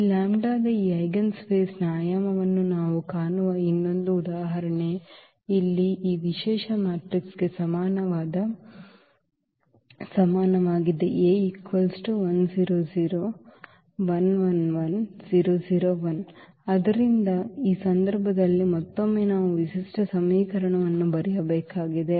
ಈ ಲ್ಯಾಂಬ್ಡಾದ ಈ ಐಜೆನ್ಸ್ಪೇಸ್ನ ಆಯಾಮವನ್ನು ನಾವು ಕಾಣುವ ಇನ್ನೊಂದು ಉದಾಹರಣೆ ಇಲ್ಲಿ ಈ ವಿಶೇಷ ಮ್ಯಾಟ್ರಿಕ್ಸ್ಗೆ ಸಮವಾಗಿದೆ ಆದ್ದರಿಂದ ಈ ಸಂದರ್ಭದಲ್ಲಿ ಮತ್ತೊಮ್ಮೆ ನಾವು ವಿಶಿಷ್ಟ ಸಮೀಕರಣವನ್ನು ಬರೆಯಬೇಕಾಗಿದೆ